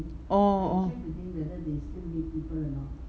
orh orh